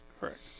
Correct